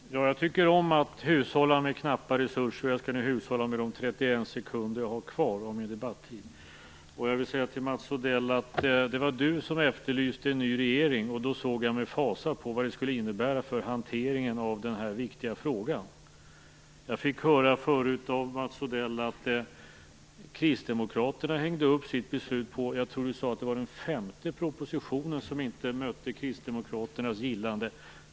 Herr talman! Jag tycker om att hushålla med knappa resurser. Jag skall nu hushålla med de 31 sekunder jag har kvar av min debattid. Jag vill säga till Mats Odell att det var han som efterlyste en ny regering. Jag ser med fasa på vad det skulle innebära för hanteringen av denna viktiga fråga. Jag fick förut höra av Mats Odell att det var den femte propositionen som inte mötte kristdemokraternas gillande.